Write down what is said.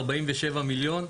47 מיליון,